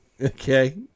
Okay